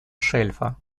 шельфа